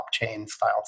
blockchain-style